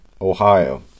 Ohio